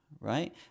right